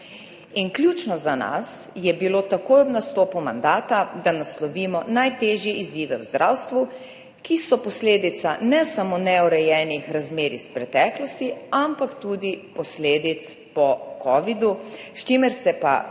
Ključno za nas je bilo takoj ob nastopu mandata, da naslovimo najtežje izzive v zdravstvu, ki so posledica ne samo neurejenih razmerij iz preteklosti, ampak tudi posledica covida, s čimer se pa v